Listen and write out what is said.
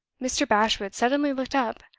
mr. bashwood suddenly looked up.